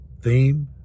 Theme